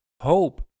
Hope